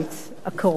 תודה לך, אדוני.